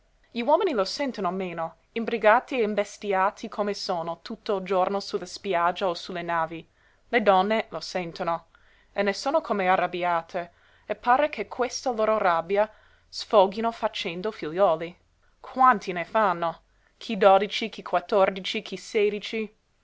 gli uomini lo sentono meno imbrigati e imbestiati come sono tutto il giorno sulla spiaggia o sulle navi le donne lo sentono e ne sono come arrabbiate e pare che questa loro rabbia sfoghino facendo figliuoli quanti ne fanno chi dodici chi quattordici chi sedici